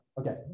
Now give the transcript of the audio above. Okay